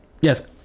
yes